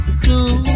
cool